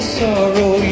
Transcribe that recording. sorrow